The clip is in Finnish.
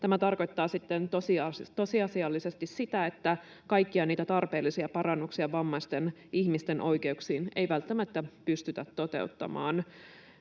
Tämä tarkoittaa sitten tosiasiallisesti sitä, että kaikkia niitä tarpeellisia parannuksia vammaisten ihmisten oikeuksiin ei välttämättä pystytä toteuttamaan.